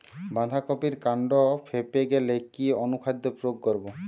বাঁধা কপির কান্ড ফেঁপে গেলে কি অনুখাদ্য প্রয়োগ করব?